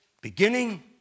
beginning